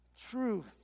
truth